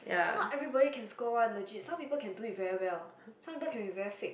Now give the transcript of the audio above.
not everybody can score one legit some people can do it very well some people can be very fake